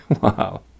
Wow